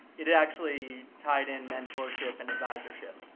it actually tied in mentorship and advisership.